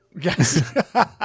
Yes